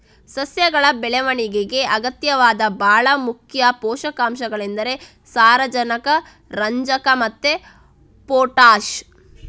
ಸಸ್ಯಗಳ ಬೆಳವಣಿಗೆಗೆ ಅಗತ್ಯವಾದ ಭಾಳ ಮುಖ್ಯ ಪೋಷಕಾಂಶಗಳೆಂದರೆ ಸಾರಜನಕ, ರಂಜಕ ಮತ್ತೆ ಪೊಟಾಷ್